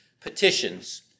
petitions